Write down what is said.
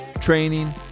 training